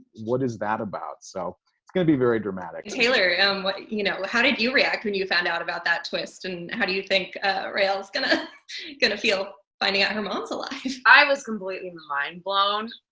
what is that about? so it's going to be very dramatic. taylor and you know how did you react when you found out about that twist? and how do you think raelle's going to going to feel finding out her mom's alive? i was completely mind blown.